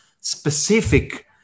specific